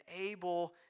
able